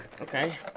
Okay